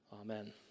Amen